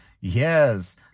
Yes